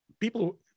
people